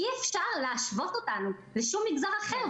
אי-אפשר להשוות אותנו לשום מגזר אחר,